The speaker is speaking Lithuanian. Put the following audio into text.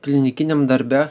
klinikiniam darbe